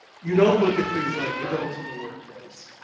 you don't look at things like adults in the workplace.